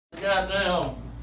Goddamn